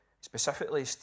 Specifically